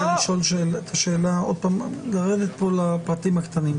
אני רוצה לרדת כאן לפרטים הקטנים.